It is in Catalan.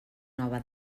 nova